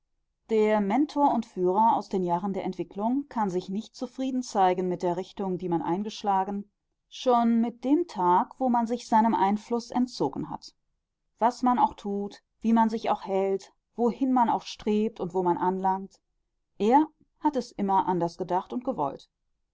der mentor und führer aus den jahren der entwicklung kann sich nicht zufrieden zeigen mit der richtung die man eingeschlagen schon mit dem tag wo man sich seinem einfluß entzogen hat was man auch tut wie man sich auch hält wohin man auch strebt und wo man anlangt er hat es immer anders gedacht und gewollt